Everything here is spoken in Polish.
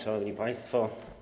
Szanowni Państwo!